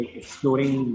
exploring